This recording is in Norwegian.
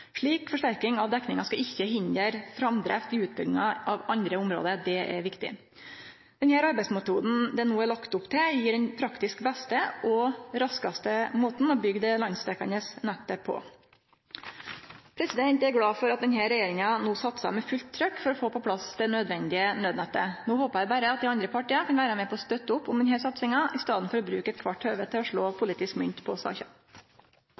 Slik forsterking av dekninga skal ikkje hindre framdrifta i utbygginga av andre område. Det er viktig. Den arbeidsmetoden det no er lagt opp til, gjev den praktisk beste og raskaste måten å byggje det landsdekjande nettet på. Eg er glad for at denne regjeringa no satsar med fullt trykk for å på plass det nødvendige nødnettet. No håpar eg berre at dei andre partia kan vere med på å stø opp om denne satsinga i staden for å bruke kvart eit høve til å slå politisk mynt på saka.